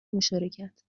مشارکت